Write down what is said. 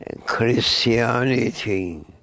Christianity